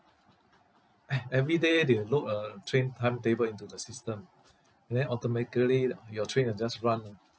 eh everyday they load a train timetable into the system and then automatically like your train will just run ah